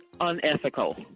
unethical